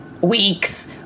weeks